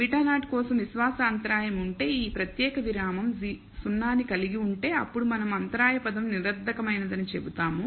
β0 కోసం విశ్వాస అంతరాయం ఉంటే ఈ ప్రత్యేక విరామం 0 ని కలిగి ఉంటే అప్పుడు మనం అంతరాయ పదం నిరర్థకమైనదని చెబుతాము